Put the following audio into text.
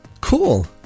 cool